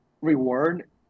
reward